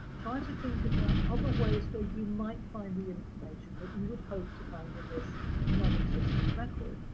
try to think about other ways where you might find the information that you would hope to find in this nonexistent record.